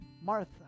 Martha